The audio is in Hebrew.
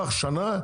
קח שנה,